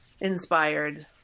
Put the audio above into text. inspired